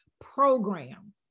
program